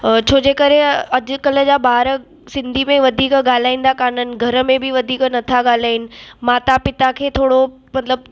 अ छो जे करे अॼु कल्ह जा ॿार सिंधी में वधीक ॻाल्हाईंदा कान आहिनि घर में बि वधीक नथा ॻाल्हाईनि माता पिता के थोरो मतलबु